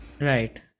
Right